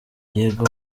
yego